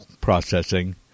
processing